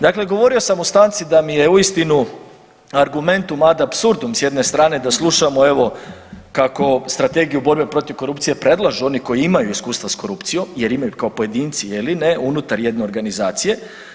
Dakle govorio sam u stanci da mi je uistinu argumentum ad absurdum s jedne strane da slušamo evo kako Strategiju borbe protiv korupcije predlažu oni koji imaju iskustva s korupcijom jer imaju kao pojedinci je li ne unutar jedne organizacije.